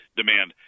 demand